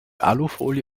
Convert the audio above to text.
alufolie